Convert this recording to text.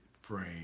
frame